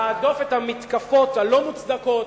להדוף את המתקפות הלא-מוצדקות,